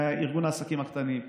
ארגון העסקים הקטנים,